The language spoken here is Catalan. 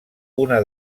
una